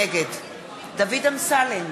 נגד דוד אמסלם,